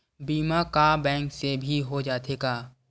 बीमा का बैंक से भी हो जाथे का?